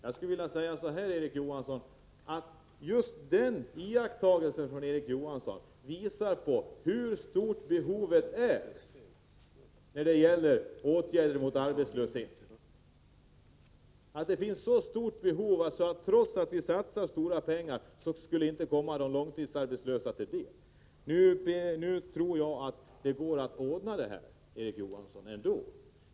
Jag skulle vilja säga till Erik Johansson att just den iakttagelsen visar hur stort behovet är av åtgärder mot arbetslösheten. Behovet är så stort att även om vi skulle satsa stora pengar skulle det inte hjälpa de långtidsarbetslösa. Nu tror jag att detta ändå går att ordna.